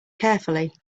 carefully